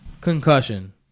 Concussion